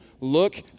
look